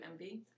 MB